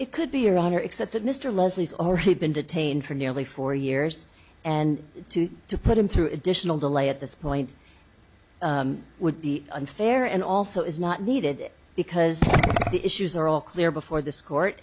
it could be your honor except that mr leslie's already been detained for nearly four years and to put him through additional delay at this point would be unfair and also is not needed because the issues are all clear before this court